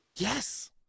Yes